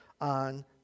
on